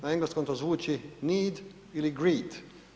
Na engleskom to zvuči need ili greed.